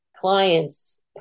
clients